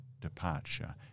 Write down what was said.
departure